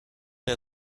der